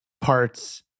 parts